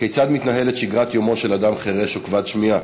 כיצד מתנהלת שגרת יומו של אדם חירש או כבד שמיעה,